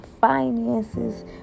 finances